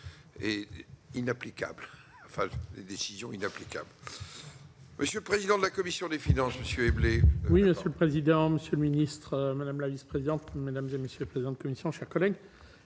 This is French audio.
et inapplicable, enfin des décisions inapplicables, monsieur le président de la commission des finances monsieur et blé. Oui, monsieur le président, monsieur le ministre madame la vice-présidente, mesdames et messieurs, pesant punition chaque collègue